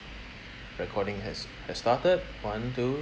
recording has has started one two